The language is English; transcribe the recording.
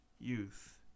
youth